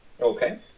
Okay